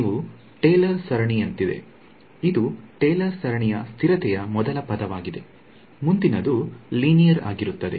ಇವು ಟೇಲರ್ ಸರಣಿಯಂತಿದೆ ಇದು ಟೇಲರ್ ಸರಣಿಯ ಸ್ಥಿರತೆಯ ಮೊದಲ ಪದವಾಗಿದೆ ಮುಂದಿನದು ಲಿನಿಯರ್ ಆಗಿರುತ್ತದೆ